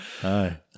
Hi